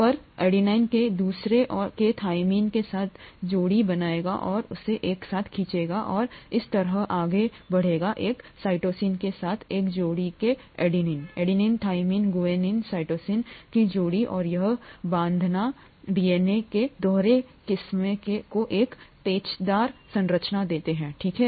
तो पर adenine एक दूसरे के थाइमिन के साथ जोड़ी बनाएगा और उसे एक साथ खींचेगा और इसी तरह आगे बढ़ेगा एक साइटोसिन के साथ एक जोड़ी के adenine adenine thymine guanine cytosine की जोड़ी और यह बाँधना डीएनए के दोहरे किस्में को एक पेचदार संरचना देता है ठीक है